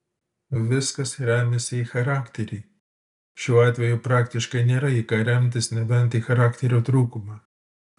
viskas remiasi į charakterį šiuo atveju praktiškai nėra į ką remtis nebent į charakterio trūkumą